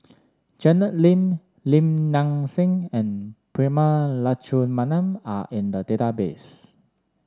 Janet Lim Lim Nang Seng and Prema Letchumanan are in the database